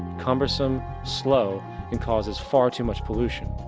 cumbersome, slow and causes far too much pollution.